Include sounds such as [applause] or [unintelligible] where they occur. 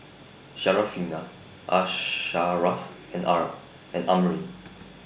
Syarafina Asharaff and [unintelligible] and Amrin